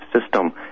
system